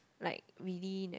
like really ne~